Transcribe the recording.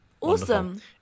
Awesome